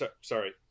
sorry